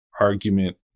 argument